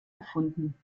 erfunden